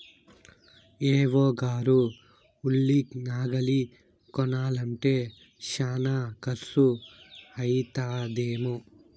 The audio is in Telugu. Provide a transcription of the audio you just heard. ఏ.ఓ గారు ఉలి నాగలి కొనాలంటే శానా కర్సు అయితదేమో